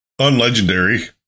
Unlegendary